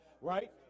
right